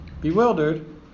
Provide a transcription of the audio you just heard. Bewildered